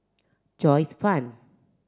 Joyce Fan